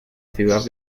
ciudad